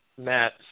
Matt